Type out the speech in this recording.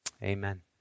Amen